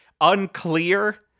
unclear